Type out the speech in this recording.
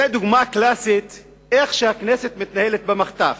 זה דוגמה קלאסית איך הכנסת מתנהלת במחטף.